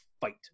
fight